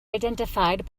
identified